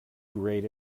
great